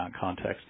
context